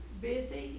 busy